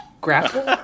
Grapple